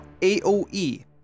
AOE